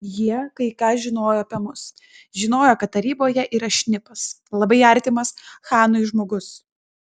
jie kai ką žinojo apie mus žinojo kad taryboje yra šnipas labai artimas chanui žmogus